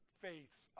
faiths